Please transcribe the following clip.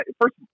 First